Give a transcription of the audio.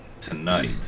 tonight